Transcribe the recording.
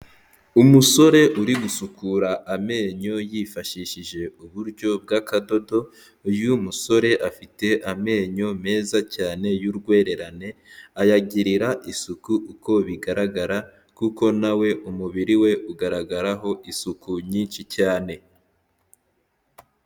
Umusore uri gusukura amenyo, yifashishije uburyo bw'akadodo, uyu musore afite amenyo meza cyane y'urwererane, ayagirira isuku uko bigaragara, kuko na we umubiri we ugaragaraho isuku nyinshi cyane.